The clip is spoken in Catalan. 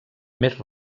més